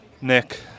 Nick